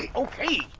ah okay,